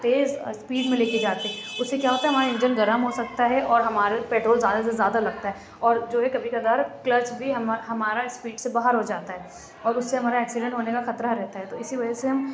تیز اسپیڈ میں لے کے جاتے اُس سے کیا ہوتا ہے ہمارے انجن گرم ہو سکتا ہے اور ہمارے پٹرول زیادہ سے زیادہ لگتا ہے اور جو ہے کبھی کبھار کلچ بھی ہم ہمارا اسپیڈ سے باہر ہو جاتا ہے اور اُس سے ہمارا ایکسیڈنٹ ہونے کا خطرہ رہتا ہے تو اِسی وجہ سے ہم